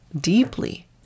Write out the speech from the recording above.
deeply